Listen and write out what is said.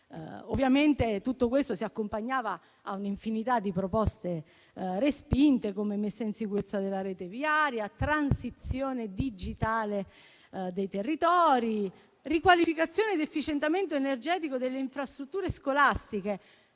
Ovviamente, tutto questo si accompagnava a un'infinità di proposte respinte, come la messa in sicurezza della rete viaria, la transizione digitale dei territori, la riqualificazione e l'efficientamento energetico delle infrastrutture scolastiche.